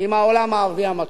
עם העולם הערבי המתון.